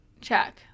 check